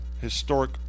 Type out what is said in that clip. Historic